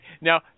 now